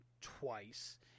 twice